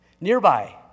Nearby